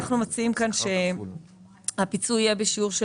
אנחנו מציעים שהפיצוי יהיה בשיעור של